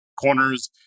corners